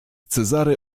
cezary